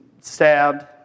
stabbed